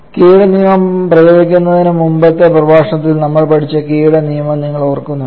കേയുടെ നിയമം പ്രയോഗിക്കുന്നതിന് മുമ്പത്തെ പ്രഭാഷണത്തിൽ നമ്മൾപഠിച്ച കേയുടെ നിയമം നിങ്ങൾ ഓർക്കുന്നുണ്ടോ